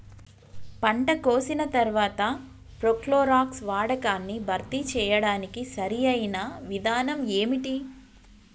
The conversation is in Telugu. పంట కోసిన తర్వాత ప్రోక్లోరాక్స్ వాడకాన్ని భర్తీ చేయడానికి సరియైన విధానం ఏమిటి?